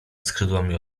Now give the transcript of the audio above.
skrzydłami